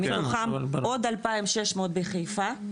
מתוכם עוד 2,600 בחיפה,